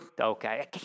okay